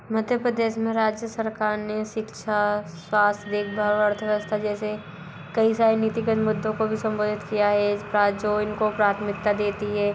मध्य परदेस में राज्य सरकार ने शिक्षा स्वास्थ्य देखभाल और अर्थव्यवस्था जैसे कई सारे नीतिगत मुद्दों को भी संबोधित किया है प्रा जो इनको प्राथमिकता देती है